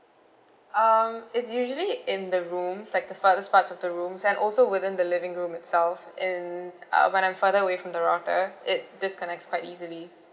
um it's usually in the rooms like the furthest part of the rooms and also within the living room itself and uh when I'm further away from the router it disconnects quite easily